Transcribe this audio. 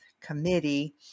committee